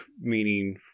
meaning